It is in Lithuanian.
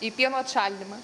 į pieno atšaldymą